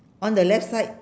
on the left side